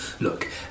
look